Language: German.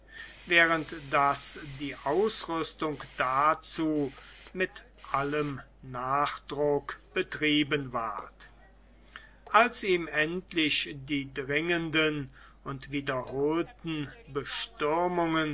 während daß die ausrüstung dazu mit allem nachdruck betrieben ward als ihm endlich die dringenden und wiederholten